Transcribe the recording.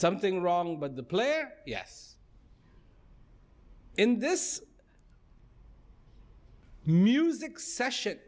something wrong but the player yes in this music session